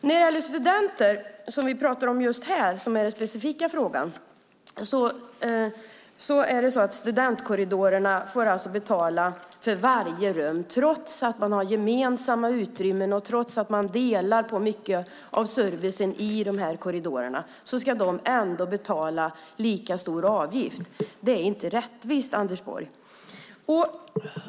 När det gäller studenter, som vi pratar specifikt om här, får studentkorridorerna betala för varje rum trots att man har gemensamma utrymmen och trots att man delar på mycket av servicen i korridorerna. Ändå ska de betala lika stor avgift för ett rum som för en lägenhet. Det är inte rättvist, Anders Borg.